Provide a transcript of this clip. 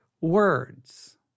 words